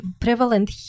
prevalent